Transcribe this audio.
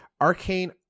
Arcane